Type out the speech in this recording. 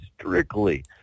strictly